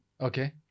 okay